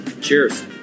Cheers